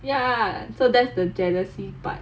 ya so that's the jealousy part